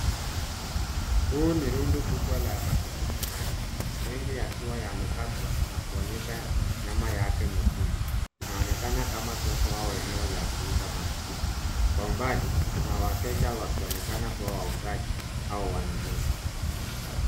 Huu ni rundo kubwa la matikitimaji. Mengi yakiwa yamekatwa na kuonyesha nyama yake nyekundu. Inaonekana kama soko au eneo la kuuza matikiti. Kwa umbali kuna wateja wakionekana kuwa wauzaji au wanunuzi.